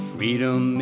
Freedom